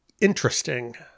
interesting